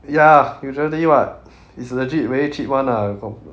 ya usually [what] it's legit very cheap [one] ah got